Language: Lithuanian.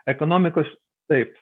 ekonomikos taip